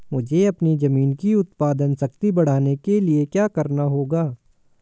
मुझे अपनी ज़मीन की उत्पादन शक्ति बढ़ाने के लिए क्या करना होगा?